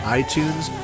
iTunes